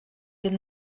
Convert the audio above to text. den